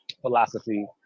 philosophy